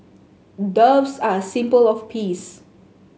doves are a symbol of peace